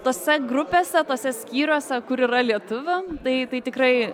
tose grupėse tuose skyriuose kur yra lietuvių tai tai tikrai